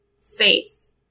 space